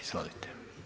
Izvolite.